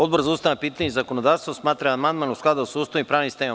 Odbor za ustavna pitanja i zakonodavstvo smatra da je amandman u skladu sa Ustavom i pravnim sistemom.